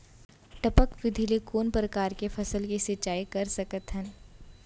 टपक विधि ले कोन परकार के फसल के सिंचाई कर सकत हन?